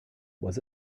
was